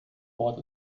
bord